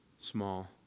small